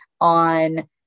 on